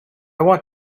want